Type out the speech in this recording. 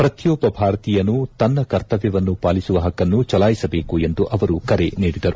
ಪ್ರತಿಯೊಬ್ಬ ಭಾರತೀಯನೂ ತನ್ನ ಕರ್ತವ್ಚವನ್ನು ಪಾಲಿಸುವ ಹಕ್ಕನ್ನು ಚಲಾಯಿಸಬೇಕು ಎಂದು ಅವರು ಕರೆ ನೀಡಿದರು